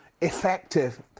effective